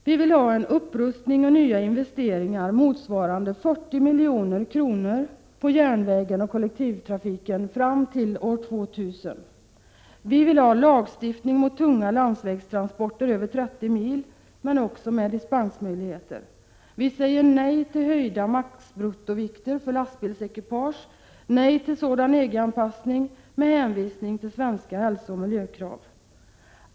Vi vill ha en upprustning och nya investeringar motsvarande 40 milj.kr. på järnvägen och kollektivtrafiken fram till år 2000. Vi vill ha lagstiftning mot tunga landsvägstransporter över 30 mil men med dispensmöjligheter. Vi säger nej till höjda maximibruttovikter för lastbilsekipage och nej till sådan EG-anpassning med hänvisning till svenska hälsooch miljökrav.